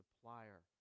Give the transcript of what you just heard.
supplier